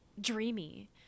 dreamy